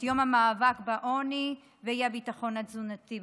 יום המאבק בעוני ובאי-ביטחון התזונתי,